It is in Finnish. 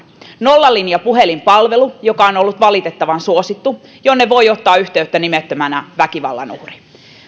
nollalinja puhelinpalvelu joka on ollut valitettavan suosittu jonne väkivallan uhri voi ottaa yhteyttä nimettömänä